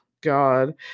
god